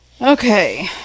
Okay